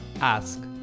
ask